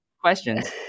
questions